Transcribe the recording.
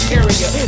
area